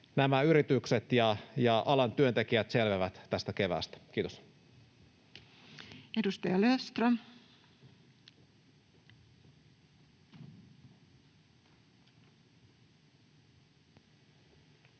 nämä yritykset ja alan työntekijät selviävät tästä keväästä. — Kiitos. [Speech 110]